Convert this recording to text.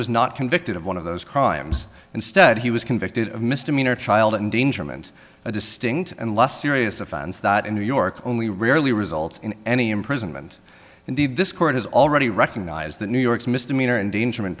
was not convicted of one of those crimes instead he was convicted of misdemeanor child endangerment a distinct and less serious offense that in new york only rarely results in any imprisonment indeed this court has already recognized that new york's misdemeanor endangerment